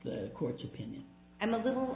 the court's opinion i'm a little